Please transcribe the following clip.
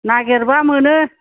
नागिरबा मोनो